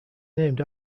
named